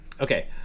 Okay